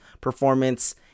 performance